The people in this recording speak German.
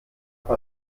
eine